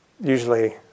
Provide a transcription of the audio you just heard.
usually